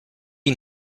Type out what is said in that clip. and